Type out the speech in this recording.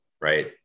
Right